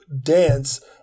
dance